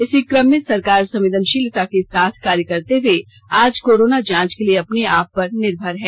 इसी क्रम में सरकार संयेदनशीलता के साथ कार्य करते हुए आज कोरोना जांच के लिए अपने आप पर निर्मर है